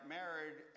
married